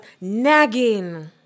nagging